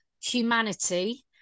humanity